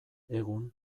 egun